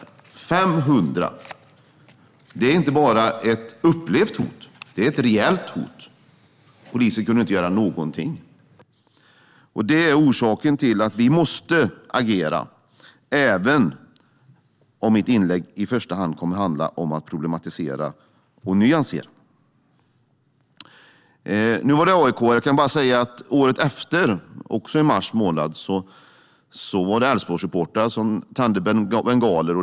Det var 500 personer. Det är inte bara ett upplevt hot. Det är ett reellt hot. Polisen kunde inte göra någonting. Det är orsaken till att vi måste agera, även om mitt inlägg i första hand kommer att handla om att problematisera och nyansera. Nu var det AIK:are. Året efter, också i mars månad, var det Elfsborgssupportrar som tände bengaler.